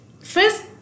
first